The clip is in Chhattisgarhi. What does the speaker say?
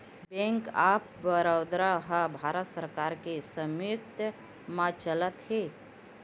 बेंक ऑफ बड़ौदा ह भारत सरकार के स्वामित्व म चलत हे